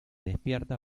despierta